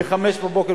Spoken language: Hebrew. ב-05:00,